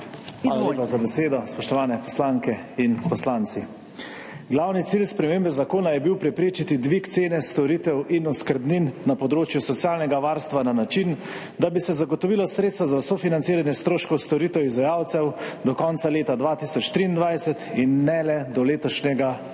Hvala za besedo. Spoštovani poslanke in poslanci! Glavni cilj spremembe zakona je bil preprečiti dvig cene storitev in oskrbnin na področju socialnega varstva na način, da bi se zagotovilo sredstva za sofinanciranje stroškov storitev izvajalcev do konca leta 2023 in ne le do letošnjega 30.